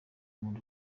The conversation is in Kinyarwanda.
nkunda